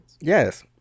Yes